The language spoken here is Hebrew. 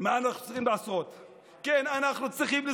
מה אנחנו צריכים לעשות?